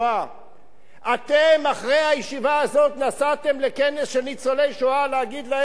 אתם אחרי הישיבה הזאת נסעתם לכנס של ניצולי שואה להגיד להם: אנחנו נעשה,